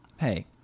Hey